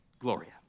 Gloria